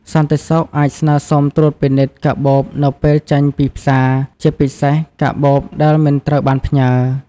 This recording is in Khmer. សន្តិសុខអាចស្នើសុំត្រួតពិនិត្យកាបូបនៅពេលចេញពីផ្សារ ជាពិសេសកាបូបដែលមិនត្រូវបានផ្ញើ។